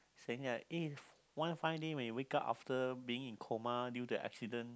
if one fine day when you wake up after being in coma due to accident